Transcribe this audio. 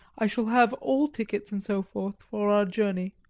i shall have all tickets and so forth for our journey.